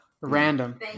random